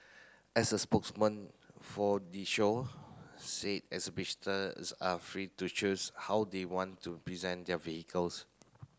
as a spokeswoman for the shower say exhibitors are free to choose how they want to present their vehicles